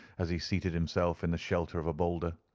as he seated himself in the shelter of a boulder.